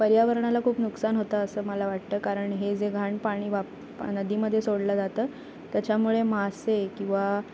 पर्यावरणाला खूप नुकसान होतं असं मला वाटतं कारण हे जे घाण पाणी वाप नदीमध्ये सोडलं जातं त्याच्यामुळे मासे किंवा